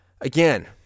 Again